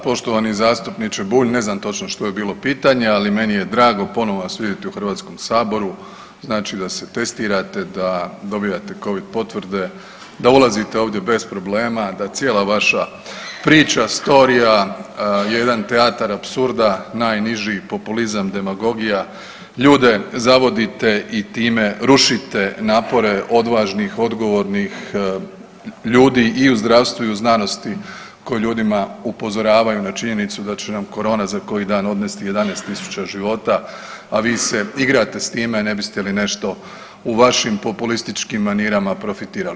Poštovani zastupniče Bulj, ne znam točno što je bilo pitanje, ali meni je drago ponovo vas vidjeti u HS-u, znači da se testirate, da dobivate covid potvrde, da ulazite ovdje bez problema, da cijela vaša priča, storija jedan teatar apsurda najniži, populizam, demagogija, ljude zavodite i time rušite napore odvažnih, odgovornih ljudi i u zdravstvu i u znanosti koji ljudima upozoravaju na činjenicu da će na korona za koji dan odnesti 11.000 života, a vi ste igrate s time ne biste li nešto u vašim populističkim manirama profitirali.